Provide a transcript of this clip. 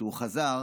כשהוא חזר,